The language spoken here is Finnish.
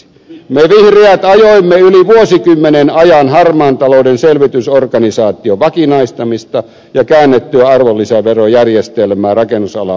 me vihreät ajoimme yli vuosikymmenen ajan harmaan talouden selvitysorganisaation vakinaistamista ja käännettyä arvonlisäverojärjestelmää rakennusalaa mallina käyttäen